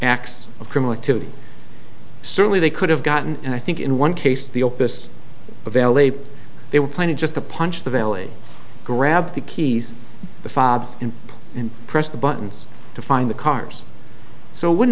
acts of criminal activity certainly they could have gotten and i think in one case the office of l a they were planning just to punch the belly grab the keys the fabs in and press the buttons to find the cars so would